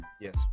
Yes